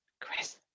Chris